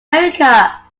america